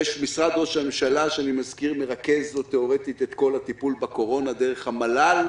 יש את משרד ראש הממשלה שמרכז תיאורטית את כל הטיפול בקורונה דרך המל"ל,